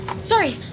Sorry